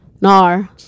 Nar